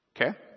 Okay